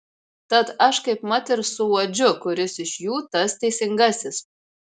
tad aš kaipmat ir suuodžiu kuris iš jų tas teisingasis